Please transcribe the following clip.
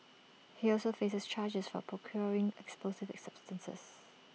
he also faces charges for procuring explosive substances